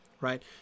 right